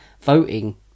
voting